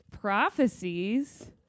prophecies